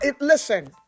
listen